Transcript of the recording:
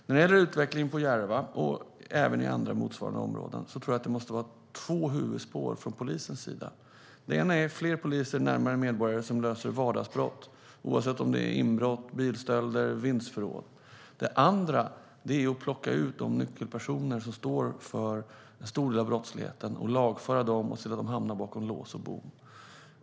När det gäller utvecklingen på Järva och även i andra motsvarande områden tror jag att det måste vara två huvudspår från polisens sida. Det ena är fler poliser närmare medborgarna som löser vardagsbrott, oavsett om det är bilstölder eller inbrott i vindsförråd. Det andra är att plocka ut de nyckelpersoner som står för en stor del av brottsligheten och lagföra dem och se till att de hamnar bakom lås och bom.